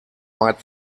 might